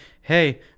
hey